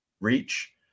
reach